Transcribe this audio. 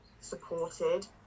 supported